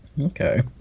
Okay